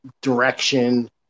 direction